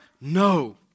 No